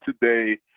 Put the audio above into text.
today